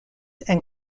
and